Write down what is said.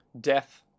Death